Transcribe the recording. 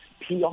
PR